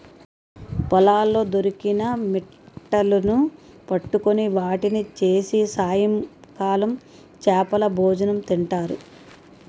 పొలాల్లో దొరికిన మిట్టలును పట్టుకొని వాటిని చేసి సాయంకాలం చేపలభోజనం తింటారు